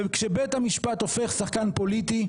וכשבית המשפט הופך שחקן פוליטי,